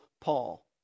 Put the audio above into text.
Paul